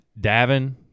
Davin